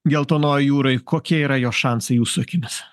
geltonojoj jūroj kokie yra jo šansai jūsų akimis